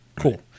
Cool